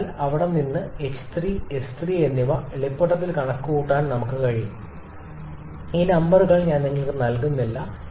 അതിനാൽ അവിടെ നിന്ന് h 3 s 3 എന്നിവ എളുപ്പത്തിൽ കണക്കുകൂട്ടുകനമുക്ക് കഴിയും ഈ നമ്പറുകൾ ഞാൻ നിങ്ങൾക്ക് നൽകുന്നില്ല